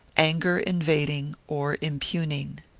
anger invading, or impugning.